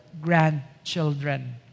grandchildren